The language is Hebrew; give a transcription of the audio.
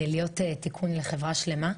להיות תיקון לחברה שלמה.